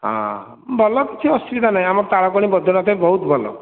ହଁ ଭଲ କିଛି ଅସୁବିଧା ନାହିଁ ଆମର ତାଳପଣି ବୈଦ୍ୟନାଥ ବହୁତ ଭଲ